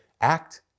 act